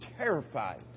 Terrified